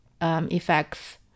effects